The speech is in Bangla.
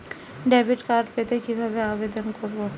ডেবিট কার্ড পেতে কিভাবে আবেদন করব?